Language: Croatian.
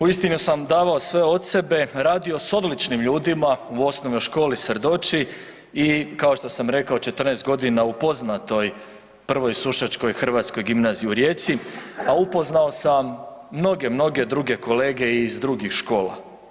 Uistinu sam davao sve od sebe, radio s odličnim ljudima u Osnovnoj školi Srdoči i kao što sam rekao 14 godina u poznatoj Prvoj sušačkoj hrvatskoj gimnaziji u Rijeci, a upoznao sam mnoge, mnoge druge kolege iz drugih škola.